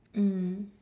mm